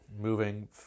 moving